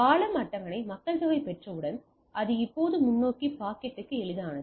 பாலம் அட்டவணை மக்கள்தொகை பெற்றவுடன் அது இப்போது முன்னோக்கி பாக்கெட்டுக்கு எளிதானது